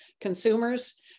consumers